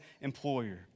employer